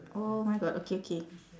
oh my god okay okay